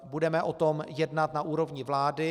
Budeme o tom jednat na úrovni vlády.